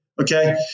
Okay